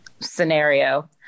scenario